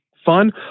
fun